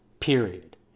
period